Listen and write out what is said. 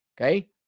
Okay